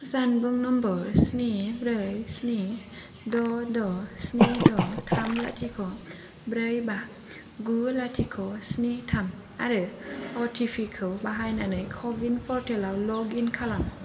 जानबुं नम्बर स्नि ब्रै स्नि द' द' स्नि द' थाम लाथिख' ब्रै बा गु लाथिख' स्नि थाम आरो अटिपिखौ बाहायनानै क'विन पर्टेलाव लगिन खालाम